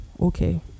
okay